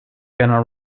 gonna